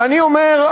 ואני אומר,